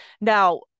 Now